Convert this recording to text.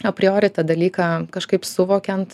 a priori tą dalyką kažkaip suvokiant